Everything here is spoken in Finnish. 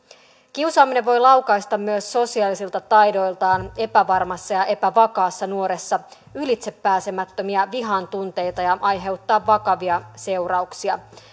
kiusaaminen voi laukaista myös sosiaalisilta taidoiltaan epävarmassa ja epävakaassa nuoressa ylitsepääsemättömiä vihantunteita ja aiheuttaa vakavia seurauksia